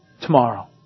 Tomorrow